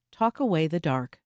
talkawaythedark